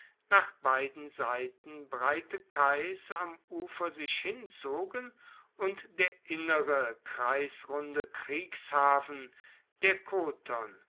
nach beiden seiten breite kais am wasser sich hinzogen und der innere kreisrunde kriegshafen der